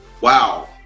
wow